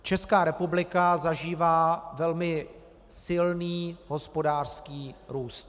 Česká republika zažívá velmi silný hospodářský růst.